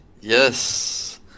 Yes